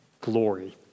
glory